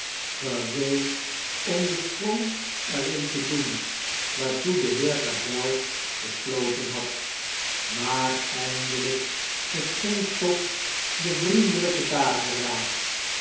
gereed om den sprong er in te doen waartoe de heer gabelle besloten had maar eindehjk verscheen toch de vriendeiyke dageraad